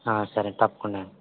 సరేండి తప్పకుండా అండి